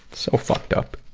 so fucked up.